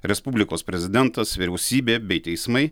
respublikos prezidentas vyriausybė bei teismai